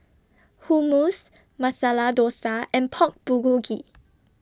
Hummus Masala Dosa and Pork Bulgogi